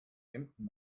emden